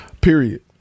period